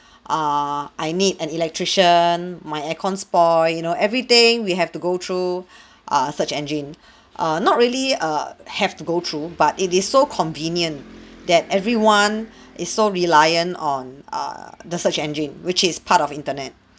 err I need an electrician my air-con spoil you know everything we have to go through a search engine err not really err have to go through but it is so convenient that everyone is so reliant on err the search engine which is part of internet